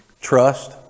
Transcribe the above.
Trust